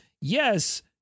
yes